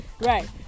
Right